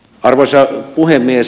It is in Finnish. arvoisa puhemies